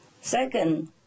Second